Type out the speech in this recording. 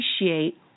appreciate